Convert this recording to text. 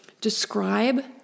describe